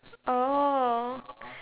oh